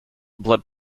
blood